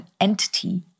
entity